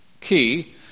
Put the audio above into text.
key